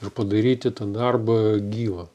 ir padaryti tą darbą gyvą